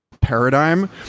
paradigm